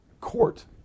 court